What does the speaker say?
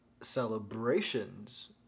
celebrations